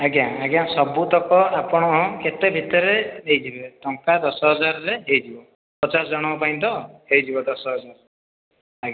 ଆଜ୍ଞା ଆଜ୍ଞା ସବୁ ତକ ଆପଣ କେତେ ଭିତରେ ହେଇଯିବ ଟଙ୍କା ଦଶ ହଜାର ରେ ହେଇଯିବ ପଚାଶ ଜଣ ଙ୍କ ପାଇଁ ତ ହେଇଯିବ ଦଶ ହଜାର ରେ ଆଜ୍ଞା